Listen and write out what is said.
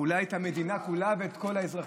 ואולי את המדינה כולה ואת כל האזרחים,